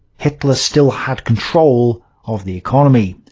hitler still had control of the economy.